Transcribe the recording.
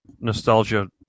nostalgia